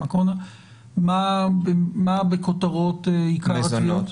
מה בכותרות עיקר התביעות?